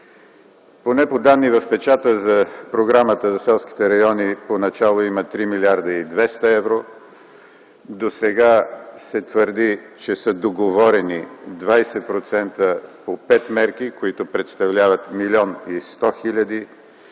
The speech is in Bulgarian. Поне по данни в печата за Програмата за селските райони поначало има 3 млрд. и 200 евро. Досега се твърди, че са договорени 20% по пет мерки, които представляват 1 млн. 100 хил.